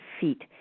feet